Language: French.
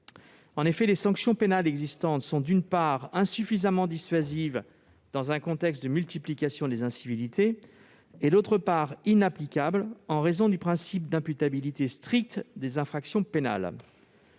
effectué. Les sanctions pénales existantes sont, d'une part, insuffisamment dissuasives dans un contexte de multiplication des incivilités et, d'autre part, inapplicables en raison du principe d'imputabilité stricte des infractions pénales.